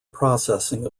processing